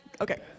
okay